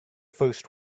first